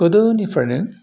गोदोनिफ्रायनो